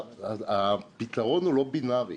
הפתרון הוא לא בינארי,